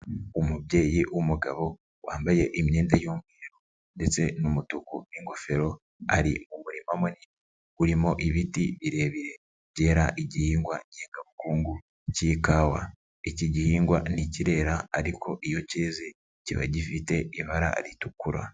Umubyeyi w'umugabo wambaye imyenda y'umweru ndetse n'umutuku n'ingofero, ari mu murima munini urimo ibiti birebire byera igihingwa ngengabukungu k'ikawa. Iki gihingwa ntikirera ariko iyo keze kiba gifite ibara ritukura.